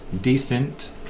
decent